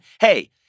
Hey